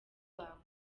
bakora